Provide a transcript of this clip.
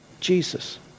Jesus